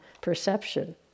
perception